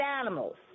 animals